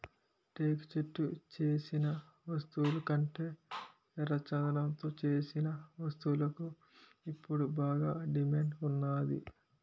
టేకు చెక్కతో సేసిన వస్తువులకంటే ఎర్రచందనంతో సేసిన వస్తువులకు ఇప్పుడు బాగా డిమాండ్ ఉన్నాది